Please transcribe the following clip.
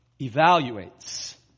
evaluates